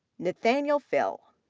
nathaniel fill,